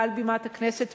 מעל בימת הכנסת,